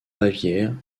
bavière